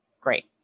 Great